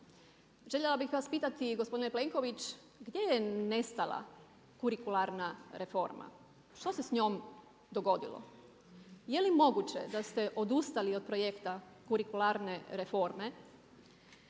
Željela bih vas pitati gospodine Plenković gdje je nestala kurikularna reforma, što se s njom dogodilo? Je li moguće da ste odustali od projekta kurikularne reforme